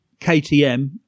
ktm